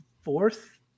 fourth